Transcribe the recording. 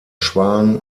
schwan